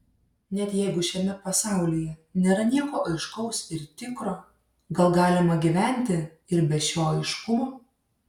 net jeigu šiame pasaulyje nėra nieko aiškaus ir tikro gal galima gyventi ir be šio aiškumo